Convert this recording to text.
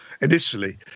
initially